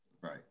right